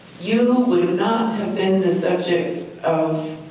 you would not have been the submit of.